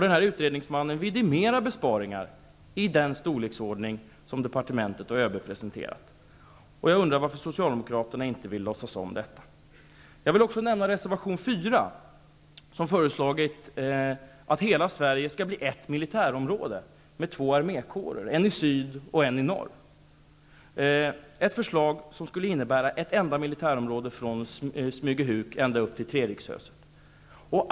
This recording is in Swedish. Denne utredningsman vidimerar besparingar i den storleksordning som departementet och ÖB presenterat. Varför låtsas inte Socialdemokraterna om detta? Jag vill också nämna reservation 4, där man föreslår att hela Sverige skall bli ett militärområde med två armékårer, en i syd och en i norr. Det är ett förslag som skulle innebära ett enda militärområde från Smygehuk ända upp till Treriksröset.